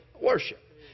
worship